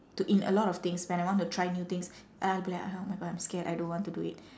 to in a lot of things when I want to try new things and I'll be like oh my god I'm scared I don't want to do it